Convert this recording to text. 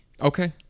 Okay